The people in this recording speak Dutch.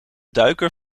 duiker